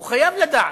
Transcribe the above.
הוא חייב לדעת,